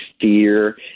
fear